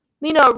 Lena